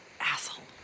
Asshole